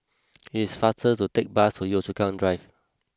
it's faster to take bus to Yio Chu Kang Drive